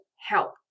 help